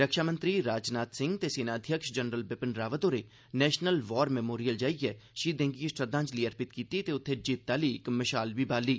रक्षा मंत्री राजनाथ सिंह ते सेना अध्यक्ष जनरल बिपिन रावत होरें नेशनल वार मेमोरियल जाइयै शहीदें गी श्रद्धांजलि अर्पित कीती ते उत्थें जित्त आह्ली इक मशाल बी बाली